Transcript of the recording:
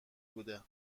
بوده